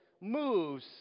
moves